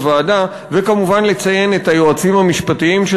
וכמובן לציין את היועצים המשפטיים של